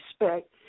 respect